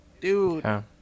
dude